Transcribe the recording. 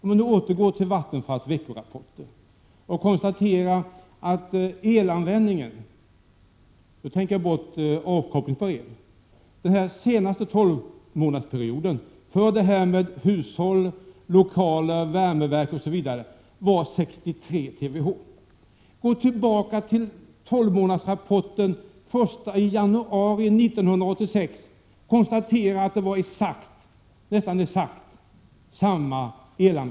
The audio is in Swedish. För att återgå till Vattenfalls veckorapporter kan man konstatera att elanvändningen, och då räknar jag inte med avkopplingsbar el, för hushåll, lokaler och värmeverk, m.m. under den senaste tolvmånadsperioden var 63 TWh. Om man jämför denna rapport med tolvmånadersrapporten den 1 januari 1986 kan man konstatera att elanvändningen var nästan exakt densamma då.